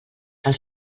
del